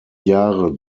jahre